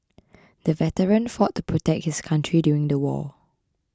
the veteran fought to protect his country during the war